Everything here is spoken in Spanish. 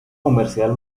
comercial